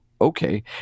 okay